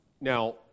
Now